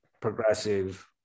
progressive